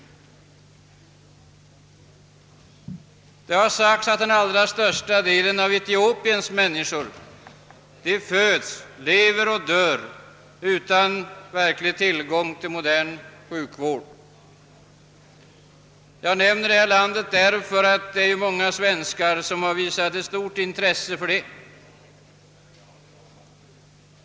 Det har sagts att den allra största delen av Etiopiens människor födes, lever och dör utan verklig tillgång till modern sjukvård. Jag nämner detta land därför att många svenskar har visat stort intresse för det.